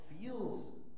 feels